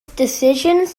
decisions